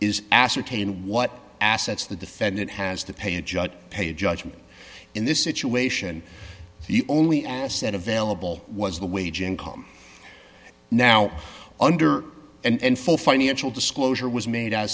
is ascertain what assets the defendant has to pay a judge pay a judgment in this situation the only asset available was the wage income now under and full financial disclosure was made